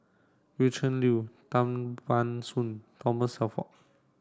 Gretchen Liu Tan Ban Soon Thomas Shelford